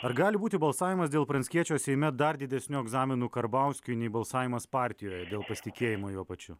ar gali būti balsavimas dėl pranckiečio seime dar didesniu egzaminu karbauskiui nei balsavimas partijoje dėl pasitikėjimo juo pačiu